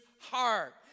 heart